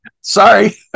Sorry